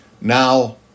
Now